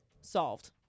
solved